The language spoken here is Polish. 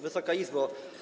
Wysoka Izbo!